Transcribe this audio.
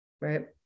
Right